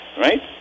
right